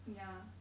mm ya